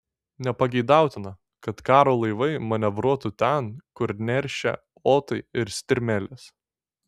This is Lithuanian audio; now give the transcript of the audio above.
nepageidautina kad karo laivai manevruotų ten kur neršia otai ir strimelės